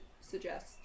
suggest